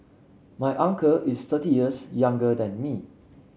my uncle is thirty years younger than me